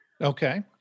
Okay